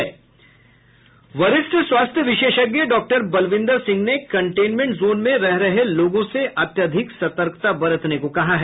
वरिष्ठ स्वास्थ्य विशेषज्ञ डॉक्टर बलविन्दर सिंह ने कंटेनमेंट जोन में रह रहे लोगों से अत्यधिक सतर्कता बरतने को कहा है